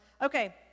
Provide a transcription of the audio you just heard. Okay